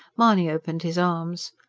mahony opened his arms.